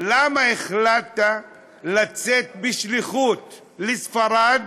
למה החלטת לצאת בשליחות לספרד